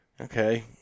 Okay